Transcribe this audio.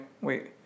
wait